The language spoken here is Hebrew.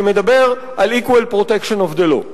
שמדבר על equal protection of the law.